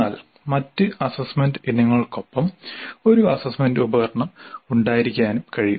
എന്നാൽ മറ്റ് അസ്സസ്സ്മെന്റ് ഇനങ്ങൾക്കൊപ്പം ഒരു അസ്സസ്സ്മെന്റ് ഉപകരണം ഉണ്ടായിരിക്കാനും കഴിയും